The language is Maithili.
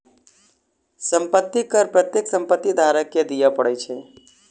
संपत्ति कर प्रत्येक संपत्ति धारक के दिअ पड़ैत अछि